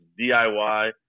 DIY